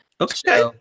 Okay